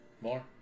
more